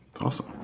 awesome